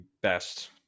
best